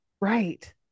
Right